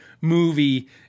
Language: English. movie